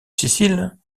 sicile